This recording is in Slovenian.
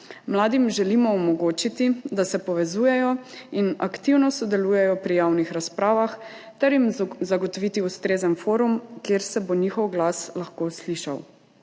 Mladim želimo omogočiti, da se povezujejo in aktivno sodelujejo pri javnih razpravah, ter jim zagotoviti ustrezen forum, kjer se bo njihov glas lahko slišal.